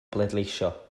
bleidleisio